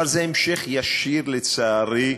אבל זה המשך ישיר, לצערי,